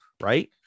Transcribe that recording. right